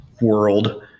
world